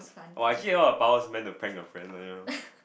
oh actually all the powers meant to prank your friends one you know